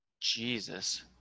jesus